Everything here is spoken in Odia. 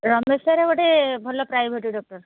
ରମେଶ ସାର୍ ଗୋଟିଏ ଭଲ ପ୍ରାଇଭେଟ୍ ଡକ୍ଟର୍